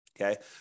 okay